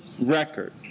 record